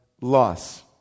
loss